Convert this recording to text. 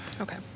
Okay